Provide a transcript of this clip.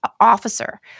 officer